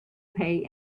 pay